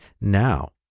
now